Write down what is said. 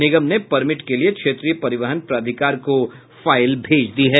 निगम ने परमिट के लिए क्षेत्रीय परिवहन प्राधिकार को फाइल भेजी है